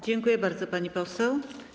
Dziękuję bardzo, pani poseł.